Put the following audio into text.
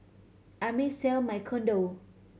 I may sell my condo